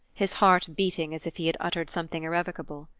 his heart beating as if he had uttered something irrevocable.